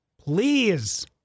Please